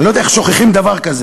אני לא יודע איך שוכחים דבר כזה,